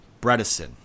Bredesen